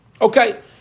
Okay